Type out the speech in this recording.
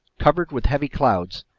covered with heavy clouds,